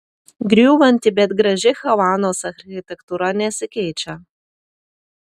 griūvanti bet graži havanos architektūra nesikeičia